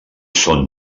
són